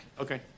Okay